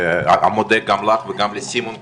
ומודה גם לך וגם לסימון כמובן,